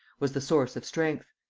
was the source of strength.